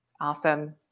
Awesome